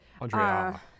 Andrea